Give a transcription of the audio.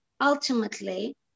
ultimately